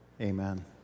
Amen